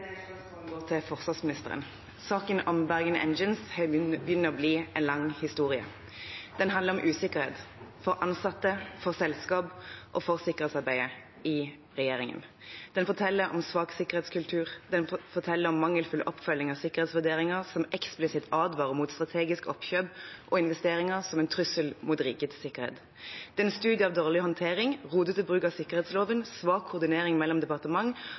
spørsmål går til forsvarsministeren. Saken om Bergen Engines begynner å bli en lang historie. Den handler om usikkerhet – for ansatte, for selskap og for sikkerhetsarbeidet i regjeringen. Den forteller om svak sikkerhetskultur. Den forteller om mangelfull oppfølging av sikkerhetsvurderinger som eksplisitt advarer mot strategisk oppkjøp og investeringer som en trussel mot rikets sikkerhet. Det er en studie av dårlig håndtering, rotete bruk av sikkerhetsloven, svak koordinering mellom departement